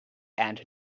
and